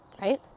Right